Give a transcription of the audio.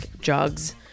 jugs